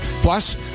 Plus